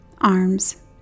Arms